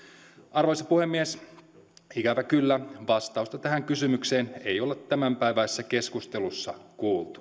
arvoisa puhemies ikävä kyllä vastausta tähän kysymykseen ei ole tämänpäiväisessä keskustelussa kuultu